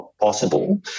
possible